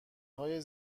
های